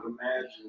imagine